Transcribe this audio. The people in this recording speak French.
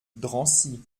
drancy